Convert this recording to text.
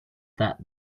that